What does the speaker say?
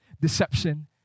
deception